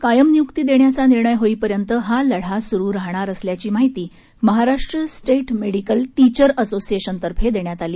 कायम नियुक्ती देण्याचा निर्णय होईपर्यंत हा लढा सुरु राहणार असल्याची माहिती महाराष्ट्र स्टेट मेडिकल टीचर असोसिएशनतर्फे देण्यात आली